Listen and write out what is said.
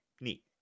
Neat